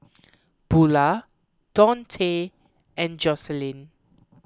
Bula Dontae and Jocelynn